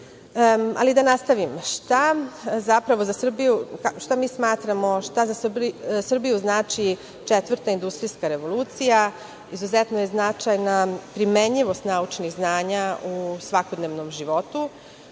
za Srbiju, šta mi smatramo šta za Srbiju znači četvrta industrijska revolucija. Izuzetno je značajna primenjivost naučnih znanja u svakodnevnom životu.